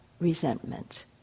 resentment